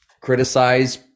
criticize